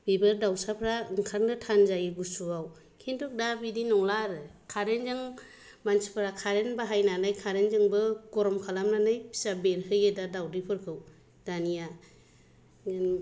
बेबो दाउसाफोरा ओंखारनो थान जायो गुसुआव खिन्थु दा बिदि नंला आरो कारेन्टजों मानसिफोरा कारेन्ट बाहायनानै कारेन्टजोंबो गरम खालामनानै फिसा बेरहोयो दा दाउदैफोरखौ दानिया बेनो